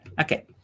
Okay